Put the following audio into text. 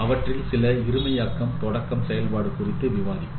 அவற்றில் சில இருமையாக்கம் தொடக்கம் செயல்பாடு குறித்து விவாதித்தோம்